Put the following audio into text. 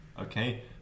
okay